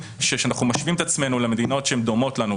כשאנחנו משווים את עצמנו למדינות שהן דומות לנו,